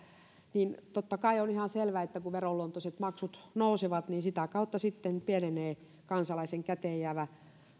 totta kai on ihan selvää että kun veronluontoiset maksut nousevat niin sitä kautta sitten pienenee kansalaisen käteenjäävä